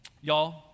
Y'all